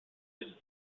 visited